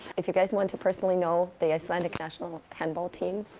if you guys want to personally know the icelandic national handball team